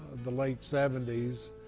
the late seventy s,